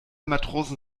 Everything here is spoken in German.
matrosen